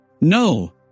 No